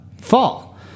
fall